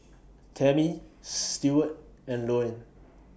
Tammie Steward and Louann